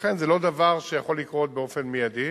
ולכן זה לא דבר שיכול לקרות באופן מיידי,